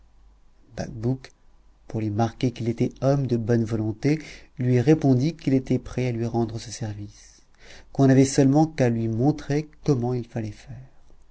bacbouc pour lui marquer qu'il était homme de bonne volonté lui répondit qu'il était prêt à lui rendre ce service qu'on n'avait seulement qu'à lui montrer comment il fallait faire